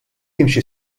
jimxi